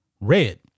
red